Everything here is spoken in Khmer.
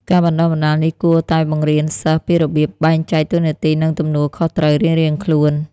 ការបណ្តុះបណ្តាលនេះគួរតែបង្រៀនសិស្សពីរបៀបបែងចែកតួនាទីនិងទទួលខុសត្រូវរៀងៗខ្លួន។